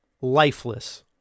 lifeless